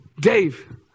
Dave